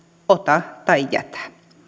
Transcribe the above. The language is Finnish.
ota tai jätä